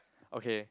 okay